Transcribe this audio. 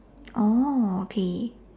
oh okay